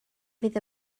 fydd